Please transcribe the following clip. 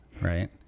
Right